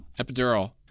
epidural